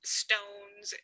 stones